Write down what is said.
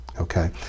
Okay